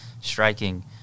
striking